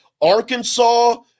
Arkansas